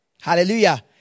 Hallelujah